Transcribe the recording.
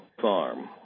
farm